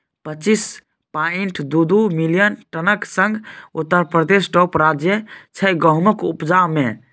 पच्चीस पांइट दु दु मिलियन टनक संग उत्तर प्रदेश टाँप राज्य छै गहुमक उपजा मे